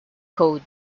code